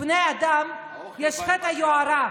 בני האדם, יש חטא היוהרה,